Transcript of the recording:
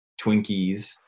Twinkies